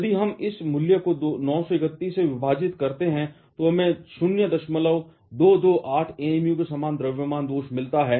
यदि हम इस मूल्य को 931 से विभाजित करते हैं तो हमें 0228 amu के समान द्रव्यमान दोष मिलता है